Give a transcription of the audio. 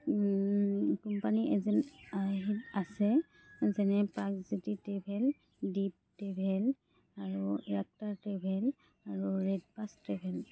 company agent আহ আছে যেনে প্ৰাগজ্যোতি ট্ৰেভেল ডীপ ট্ৰেভেল আৰু য়াত্ৰা ট্ৰেভেল আৰু ৰেডবাছ ট্ৰেভেল